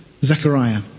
Zechariah